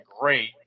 great